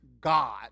god